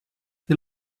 you